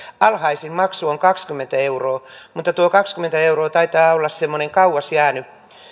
alhaisin maksu on kaksikymmentä euroa tuo kaksikymmentä euroa taitaa olla semmoinen kauas jäänyt